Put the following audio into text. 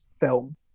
film